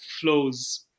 flows